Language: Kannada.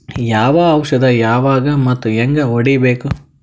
ಯಾವ ಔಷದ ಯಾವಾಗ ಮತ್ ಹ್ಯಾಂಗ್ ಹೊಡಿಬೇಕು?